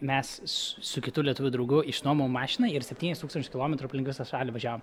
mes su kitu lietuviu draugu išnuomavom mašiną ir septynis tūkstančius kilometrų aplink visą šalį važiavom